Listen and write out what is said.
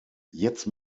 jetzt